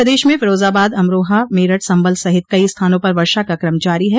प्रदेश में फिरोजाबाद अमरोहा मेरठ संभल सहित कई स्थानों पर वर्षा का क्रम जारी है